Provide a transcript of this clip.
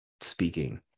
speaking